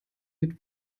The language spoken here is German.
mit